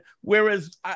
Whereas